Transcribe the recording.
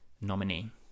nominee